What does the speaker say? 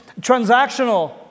transactional